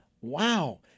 wow